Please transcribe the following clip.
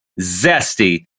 zesty